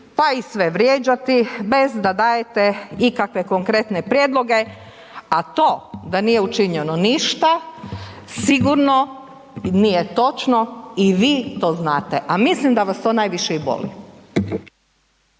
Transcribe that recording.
pa i sve vrijeđati bez da dajete ikakve konkretne prijedloge, a to da nije učinjeno ništa sigurno nije točno i vi to znate. A mislim da vas to najviše i boli.